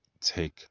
take